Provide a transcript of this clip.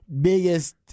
biggest –